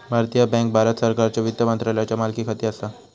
भारतीय बँक भारत सरकारच्यो वित्त मंत्रालयाच्यो मालकीखाली असा